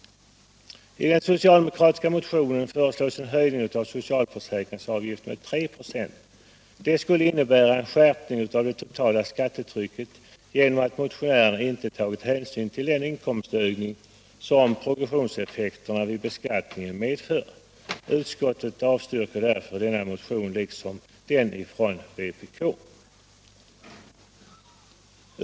I den socialdemokratiska motionen föreslås en höjning av socialförsäkringsavgiften med 3 96. Det skulle innebära en skärpning av det totala skattetrycket. Motionärerna har inte tagit hänsyn till den inkomstökning som progressionseffekterna vid beskattningen medför. Utskottet avstyr ker därför denna motion liksom den ifrån vpk.